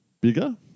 bigger